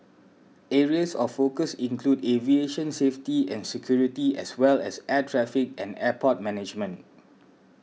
areas of focus include aviation safety and security as well as air traffic and airport management